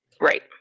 Right